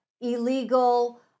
illegal